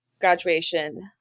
graduation